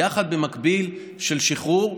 ובמקביל שחרור,